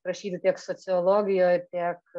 rašyti tiek sociologijoj tiek